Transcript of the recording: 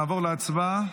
נעבור להצבעה,